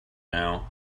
now